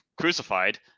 crucified